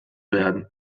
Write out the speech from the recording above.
werden